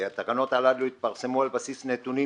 והתקנות הללו התפרסמו על בסיס נתונים